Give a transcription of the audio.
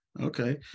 Okay